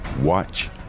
watch